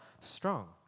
strong